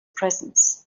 presence